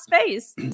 space